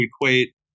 equate